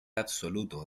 absoluto